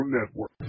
Network